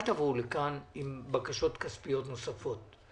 אל תבואו לכאן עם בקשות כספיות נוספות.